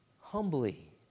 humbly